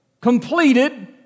completed